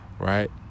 Right